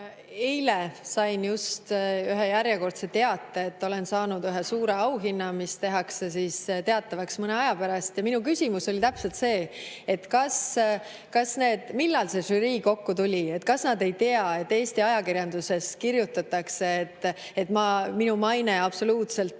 Eile sain just järjekordse teate, et olen saanud ühe suure auhinna, mis tehakse teatavaks mõne aja pärast. Minu küsimus oli täpselt see, et millal see žürii kokku tuli ja kas nad ei tea, et Eesti ajakirjanduses kirjutatakse, et minu maine absoluutselt